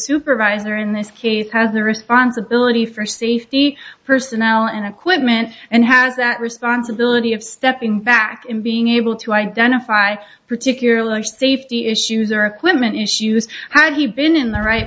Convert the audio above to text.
supervisor in this case has the responsibility for safety personnel and equipment and has that responsibility of stepping back in being able to identify particular safety issues or equipment issues had he been in the right